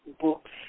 books